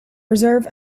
preserve